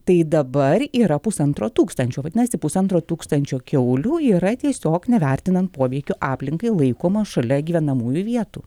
tai dabar yra pusantro tūkstančio vadinasi pusantro tūkstančio kiaulių yra tiesiog nevertinant poveikio aplinkai laikomos šalia gyvenamųjų vietų